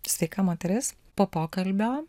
sveika moteris po pokalbio